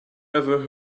ever